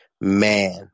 man